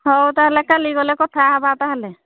ହଉ ତା'ହେଲେ କାଲିକି ଗଲେ କଥା ହେବା ତା'ହେଲେ